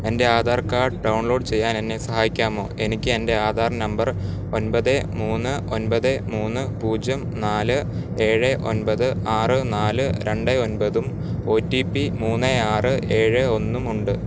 എൻ്റെ Aadhaar card download ചെയ്യാൻ എന്നെ സഹായിക്കാമോ എനിക്ക് എൻ്റെ ആധാർ നമ്പർ ഒൻപത് മൂന്ന് ഒൻപത് മൂന്ന് പൂജ്യം നാല് ഏഴ് ഒൻപത് ആറ് നാല് രണ്ട് ഒൻപത് ഉം ഒ ടി പി മൂന്ന് ആറ് ഏഴ് ഒന്ന് ഉം ഉണ്ട്